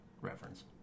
reference